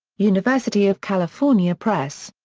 university of california press.